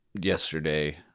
yesterday